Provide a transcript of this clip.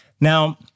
Now